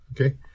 okay